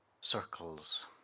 circles